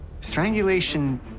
Strangulation